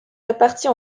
répartis